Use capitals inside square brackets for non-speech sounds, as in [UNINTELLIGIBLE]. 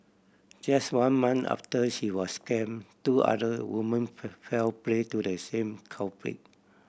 just one month after she was scam two other women [UNINTELLIGIBLE] fell prey to the same culprit